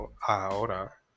ahora